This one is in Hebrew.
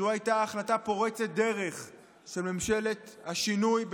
זו הייתה החלטה פורצת דרך של ממשלת השינוי.